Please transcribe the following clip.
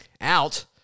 out